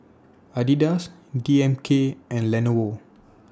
Adidas D M K and Lenovo